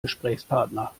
gesprächspartner